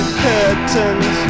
curtains